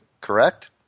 correct